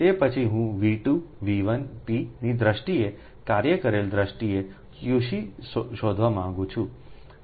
તો પછી હુંV2 V1 P નીદ્રષ્ટિએ કાર્ય કરેલ દ્રષ્ટિએ QC શોધવા માંગુ છું